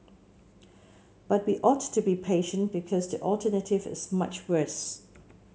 but we ought to be patient because the alternative is much worse